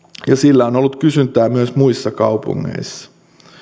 ja sillä on ollut kysyntää myös muissa kaupungeissa